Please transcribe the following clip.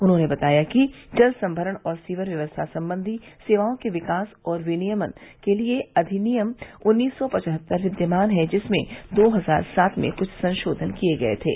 उन्होंने बताया कि जल संमरण और सीवर व्यवस्था संबंधी सेवाओं के विकास और विनियमन के लिए अविनियम उन्नीस सौ पवहत्तर विद्यमान हैं जिसमें दो हजार सात में कृष्ठ संशोधन किये गये थे